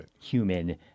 human